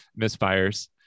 misfires